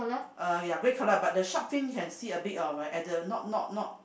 uh ya grey colour but the shark fin can see a bit of at the not not not